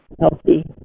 healthy